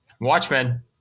Watchmen